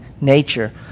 nature